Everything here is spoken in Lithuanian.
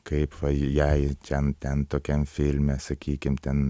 kaip va jai ten ten tokiam filme sakykim ten